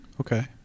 Okay